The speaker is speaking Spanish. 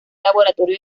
laboratorio